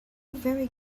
very